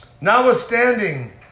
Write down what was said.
Notwithstanding